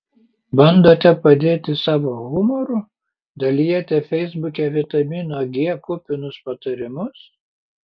bandote padėti savo humoru dalijate feisbuke vitamino g kupinus patarimus